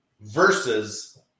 versus